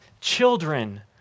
children